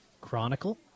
Chronicle